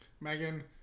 Megan